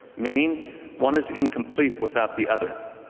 meaning one is incomplete without the other.